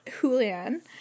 Julian